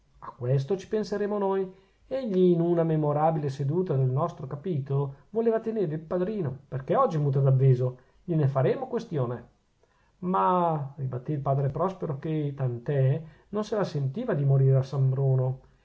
a questo ci penseremo noi egli in una memorabile seduta del nostro capitolo voleva tenere il padrino perchè oggi muta d'avviso gliene faremo questione ma ribattè il padre prospero che tant'è non se la sentiva di morire a san bruno